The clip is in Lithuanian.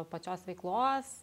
pačios veiklos